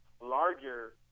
larger